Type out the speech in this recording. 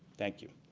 thank you